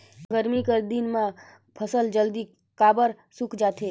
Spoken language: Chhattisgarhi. गरमी कर दिन म फसल जल्दी काबर सूख जाथे?